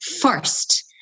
first